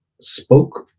spoke